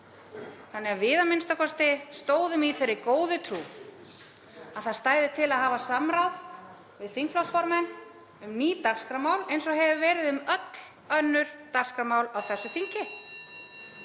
þannig að við a.m.k. stóðum í þeirri góðu trú að til stæði að hafa samráð við þingflokksformenn um ný dagskrármál eins og hefur verið um öll önnur dagskrármál á þessu